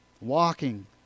walking